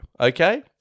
Okay